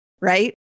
Right